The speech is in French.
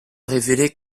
révélé